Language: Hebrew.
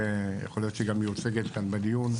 יכול להיות שהיא גם מיוצגת כאן בדיון,